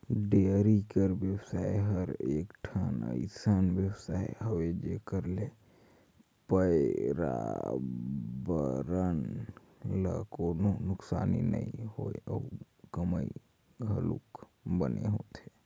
dairy कर बेवसाय हर एकठन अइसन बेवसाय हवे जेखर ले परयाबरन ल कोनों नुकसानी नइ होय अउ कमई घलोक बने होथे